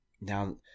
now